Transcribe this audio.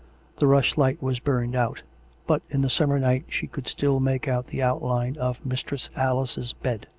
the rushlight was burned out but in the summer night she could still make out the outline of mistress alice's bed.